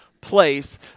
place